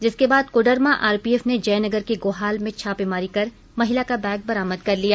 जिसके बाद कोडरमा आरपीएफ ने जयनगर के गोहाल में छापेमारी कर महिला का बैग बरामद कर लिया